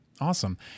Awesome